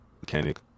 mechanic